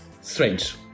strange